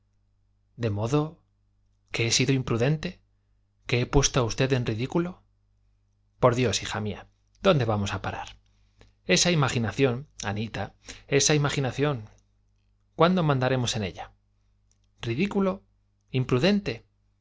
de modo que he sido imprudente que he puesto a usted en ridículo por dios hija mía dónde vamos a parar esa imaginación anita esa imaginación cuándo mandaremos en ella ridículo imprudente